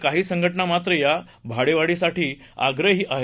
काही संघटना मात्र या भाडेवाढीसाठी आग्रही आहेत